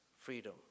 freedom